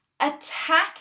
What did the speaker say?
Attack